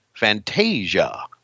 Fantasia